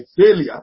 failure